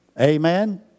Amen